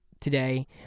today